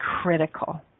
critical